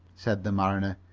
said the mariner.